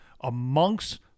amongst